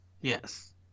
yes